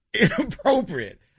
inappropriate